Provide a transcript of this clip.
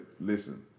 listen